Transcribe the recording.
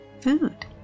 food